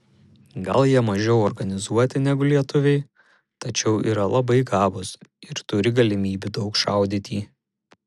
gal jie mažiau organizuoti negu lietuviai tačiau yra labai gabūs ir turi galimybių daug šaudyti